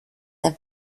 der